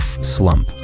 slump